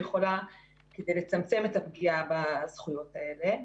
יכולה כדי לצמצם את הפגיעה בזכויות האלה.